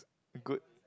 good